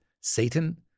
Satan